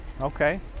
Okay